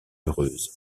heureuse